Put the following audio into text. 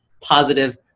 positive